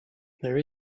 there